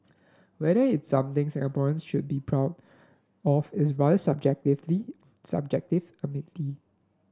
whether it something Singaporeans should be proud of is rather subjectively subjective admittedly